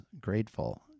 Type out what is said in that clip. grateful